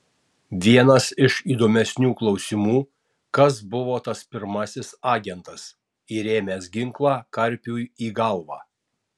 vienas iš įdomesnių klausimų kas buvo tas pirmasis agentas įrėmęs ginklą karpiui į galvą